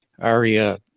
Aria